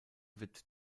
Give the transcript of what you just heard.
wird